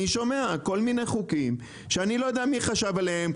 אני שומע על כל מיני חוקים שאני לא יודע מי חשב עליהם,